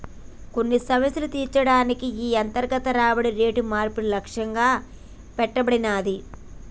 కొన్ని సమస్యలు తీర్చే దానికి ఈ అంతర్గత రాబడి రేటు మార్పు లక్ష్యంగా పెట్టబడినాది